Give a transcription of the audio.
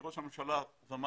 מראש הממשלה ומטה,